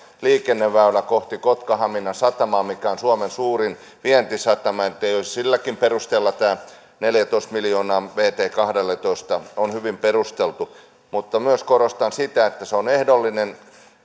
liikenneväylä kohti kotka haminan satamaa joka on suomen suurin vientisatama että jo silläkin perusteella tämä neljätoista miljoonaa vt kahdelletoista on hyvin perusteltu mutta myös korostan sitä että se on ehdollinen